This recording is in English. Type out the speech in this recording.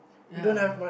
ya